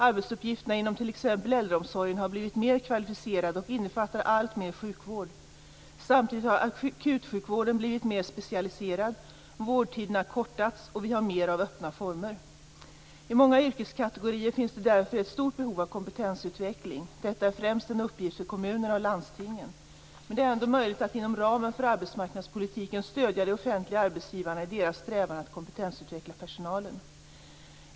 Arbetsuppgifterna inom t.ex. äldreomsorgen har blivit mer kvalificerade och innefattar alltmer sjukvård. Samtidigt har akutsjukvården blivit mer specialiserad, vårdtiderna kortats och vi har mer av öppna vårdformer. I många yrkeskategorier finns det därför ett stort behov av kompetensutveckling. Detta är främst en uppgift för kommunerna och landstingen. Men det är ändå möjligt att inom ramen för arbetsmarknadspolitiken stödja de offentliga arbetsgivarna i deras strävan att kompetensutveckla personalen.